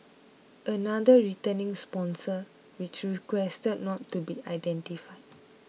another returning sponsor which requested not to be identified